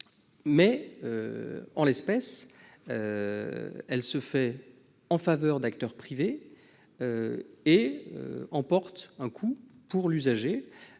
en l'espèce, celle-ci se fait en faveur d'acteurs privés et emporte un coût pour l'usager